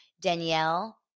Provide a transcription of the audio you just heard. Danielle